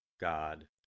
God